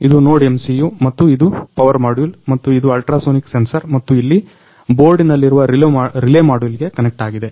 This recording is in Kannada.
ಇದು NodeMCU ಮತ್ತು ಇದು ಪವರ್ ಮಾಡ್ಯುಲ್ ಮತ್ತು ಇದು ಅಲ್ಟ್ರಾ ಸೋನಿಕ್ ಸೆನ್ಸರ್ ಮತ್ತು ಇಲ್ಲಿ ಬೋರ್ಡ್ನಲ್ಲಿರುವ ರಿಲೇ ಮಾಡ್ಯುಲ್ಗೆ ಕನೆಕ್ಟ್ ಆಗಿದೆ